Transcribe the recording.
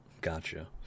gotcha